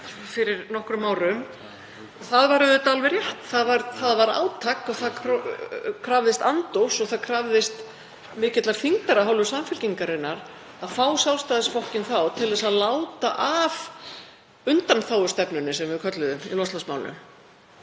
fyrir nokkrum árum. Það var auðvitað alveg rétt, það var átak og það krafðist andófs og krafðist mikillar þyngdar af hálfu Samfylkingarinnar að fá Sjálfstæðisflokkinn þá til að láta af undanþágustefnunni, sem við kölluðum svo, í loftslagsmálum,